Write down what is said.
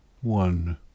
One